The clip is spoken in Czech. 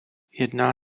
jedná